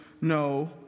no